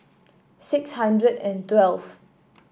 six hundred and twelve